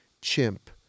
chimp